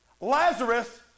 Lazarus